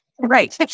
Right